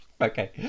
Okay